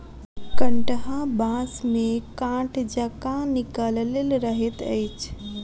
कंटहा बाँस मे काँट जकाँ निकलल रहैत अछि